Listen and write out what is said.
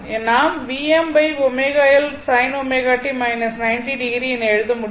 நாம் Vmω L sin ω t 90o என எழுத முடியும்